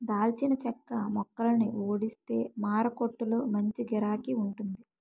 దాల్చిన చెక్క మొక్కలని ఊడిస్తే మారకొట్టులో మంచి గిరాకీ వుంటాది